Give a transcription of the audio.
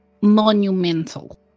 monumental